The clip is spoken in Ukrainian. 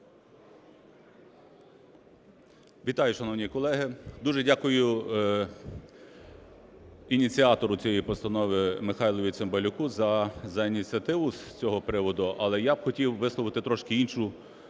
Вітаю, шановні колеги! Дуже дякую ініціатору цієї постанови Михайлові Цимбалюку за ініціативу з цього приводу. Але я б хотів висловити трошки іншу